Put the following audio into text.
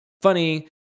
funny